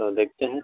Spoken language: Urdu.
تو دیکھتے ہیں